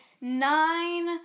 nine